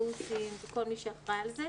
האוטובוסים וכל מי שאחראי על זה,